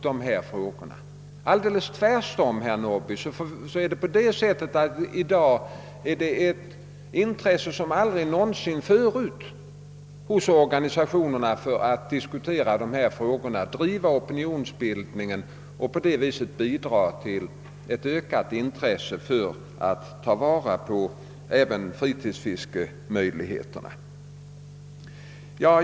Tvärtom är det på det sättet, herr Norrby, att det i dag finns ett intresse som aldrig någonsin hos organisationerna för att diskutera dessa frågor och bilda opinion och på det viset bidra till ett ökat intresse för att ta vara på möjligheterna till fritidsfiske.